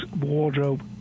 wardrobe